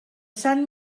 sant